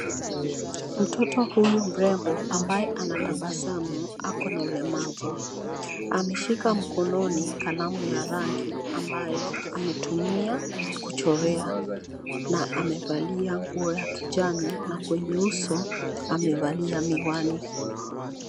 Mtoto huyu mrembo ambaye anatabasamu, Ako na ulemavu ,ameshika mkononi ,kalamu ya rangi , ambayo ametumia, kuchorea na amevalia nguo ya kijani na kwenye uso amevalia miwani.